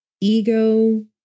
ego